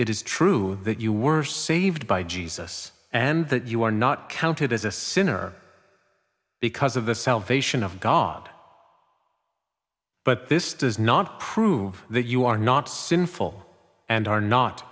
it is true that you were saved by jesus and that you are not counted as a sinner because of the salvation of god but this does not prove that you are not sinful and are not